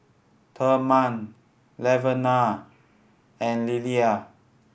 Thurman Laverna and Lilyan